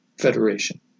Federation